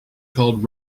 called